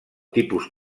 tipus